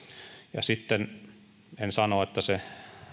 ja sitten en sano että se